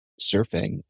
surfing